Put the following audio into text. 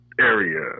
area